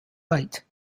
light